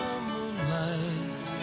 moonlight